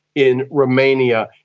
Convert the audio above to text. in romania,